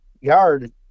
yard